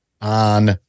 on